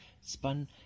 spun